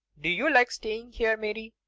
do you like staying here, mary?